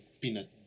peanut